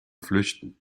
flüchten